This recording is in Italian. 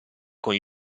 con